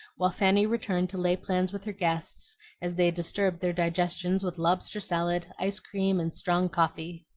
while fanny returned to lay plans with her guests as they disturbed their digestions with lobster salad, ice-cream, and strong coffee.